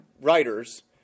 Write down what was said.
writers